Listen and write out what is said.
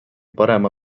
parema